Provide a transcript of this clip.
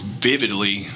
vividly